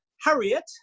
Harriet